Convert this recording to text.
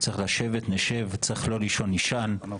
צריך לשבת, נשב, צריך לא לישון, לא נישן.